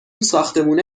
ساختمونه